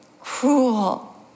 cruel